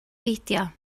beidio